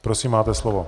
Prosím, máte slovo.